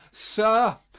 sir,